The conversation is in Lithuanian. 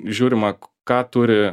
žiūrima ką turi